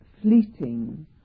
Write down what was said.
fleeting